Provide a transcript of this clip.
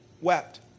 Wept